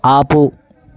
ఆపు